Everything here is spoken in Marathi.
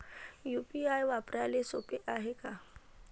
यू.पी.आय वापराले सोप हाय का?